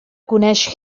coneix